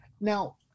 now